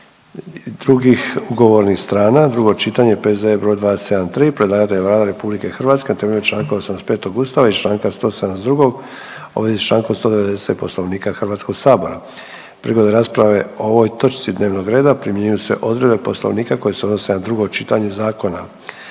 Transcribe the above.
drugih ugovornih strana, drugo čitanje, P.Z.E. br. 273. Predlagatelj je Vlada RH na temelju čl. 85. ustava i čl. 172. u vezi s čl. 190. Poslovnika HS-a. Prigodom rasprave o ovoj točki dnevnog reda primjenjuju se odredbe poslovnika koje se odnose na drugo čitanje zakona.